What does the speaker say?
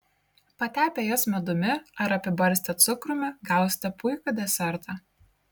patepę jas medumi ar apibarstę cukrumi gausite puikų desertą